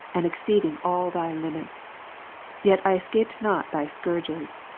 and exceeded all thy limits yet i escaped not thy scourges.